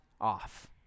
off